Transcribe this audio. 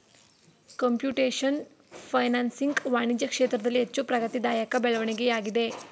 computation financing ವಾಣಿಜ್ಯ ಕ್ಷೇತ್ರದಲ್ಲಿ ಹೆಚ್ಚು ಪ್ರಗತಿದಾಯಕ ಬೆಳವಣಿಗೆಯಾಗಿದೆ